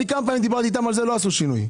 אני כמה פעמים דיברתי איתם על זה לא עשו שינוי.